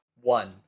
one